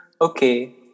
Okay